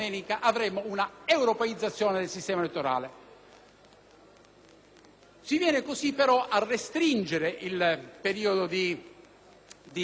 Si viene così, però, a restringere il periodo di meditazione, quello che, come ricordiamo,